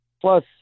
Plus